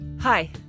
Hi